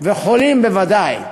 וחולים בוודאי.